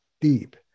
deep